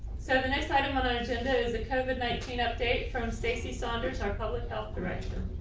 so the next item on our agenda is the covid nineteen update from stacey saunders, our public health director.